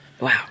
Wow